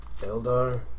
Eldar